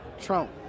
Trump